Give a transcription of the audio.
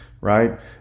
right